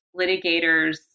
litigators